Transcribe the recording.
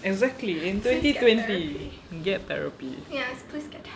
exactly in twenty twenty please get therapy